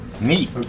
Neat